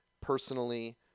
personally